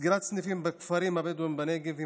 סגירת סניפים בכפרים הבדואיים בנגב היא